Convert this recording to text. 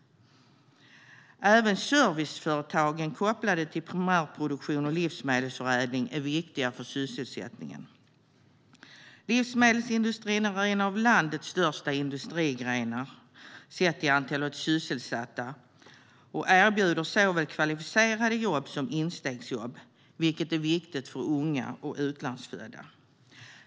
Även serviceföretag kopplade till primärproduktion och livsmedelsförädling är viktiga för sysselsättningen. Livsmedelsindustrin är en av landets största industrigrenar, sett till antalet sysselsatta, och erbjuder såväl kvalificerade jobb som instegsjobb, vilket är viktigt för unga och utlandsfödda.